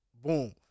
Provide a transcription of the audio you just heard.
Boom